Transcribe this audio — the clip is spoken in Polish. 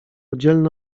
dzielny